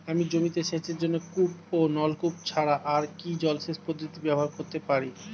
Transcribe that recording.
আমি জমিতে সেচের জন্য কূপ ও নলকূপ ছাড়া আর কি জলসেচ পদ্ধতি ব্যবহার করতে পারি?